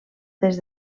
des